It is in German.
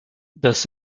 das